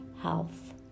health